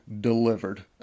delivered